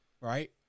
right